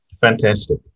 Fantastic